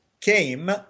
came